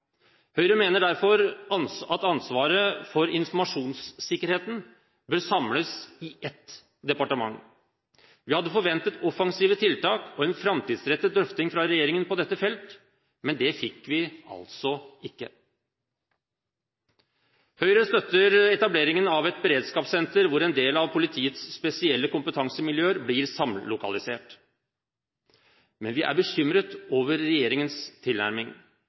Høyre mener derfor at ansvaret for informasjonssikkerheten bør samles i ett departement. Vi hadde på dette feltet forventet offensive tiltak og en framtidsrettet drøfting, men det fikk vi altså ikke. Høyre støtter etableringen av et beredskapssenter hvor en del av politiets spesielle kompetansemiljøer blir samlokalisert. Men vi er bekymret over regjeringens tilnærming.